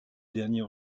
dernier